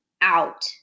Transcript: out